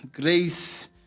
Grace